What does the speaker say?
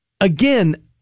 Again